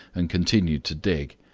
and continued to dig.